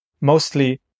mostly